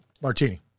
martini